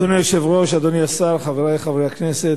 אדוני היושב-ראש, אדוני השר, חברי חברי הכנסת,